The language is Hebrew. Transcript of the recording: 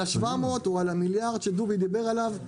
ה-700 או על המיליארד שדובי דיבר עליו,